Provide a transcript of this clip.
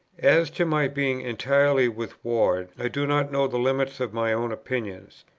as to my being entirely with ward, i do not know the limits of my own opinions.